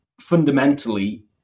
fundamentally